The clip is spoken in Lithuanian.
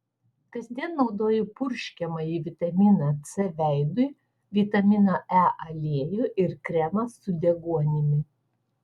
kasdien naudoju purškiamąjį vitaminą c veidui vitamino e aliejų ir kremą su deguonimi